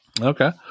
Okay